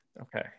Okay